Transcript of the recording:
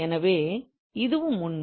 எனவே இதுவும் உண்மை